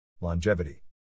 Longevity